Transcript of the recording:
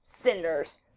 Cinders